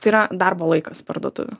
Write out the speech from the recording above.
tai yra darbo laikas parduotuvių